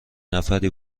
نفری